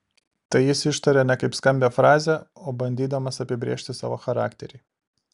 tai jis ištaria ne kaip skambią frazę o bandydamas apibrėžti savo charakterį